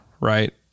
right